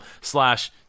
slash